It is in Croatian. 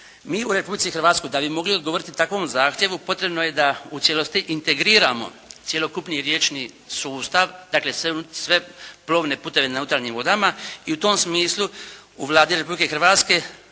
Mi u Republici Hrvatskoj da bismo mogli odgovoriti takvom zahtjevu potrebno je da u cijelosti integriramo cjelokupni riječni sustav, dakle, sve plovne putove na unutarnjim vodama i u tom smislu u Vladi Republike Hrvatske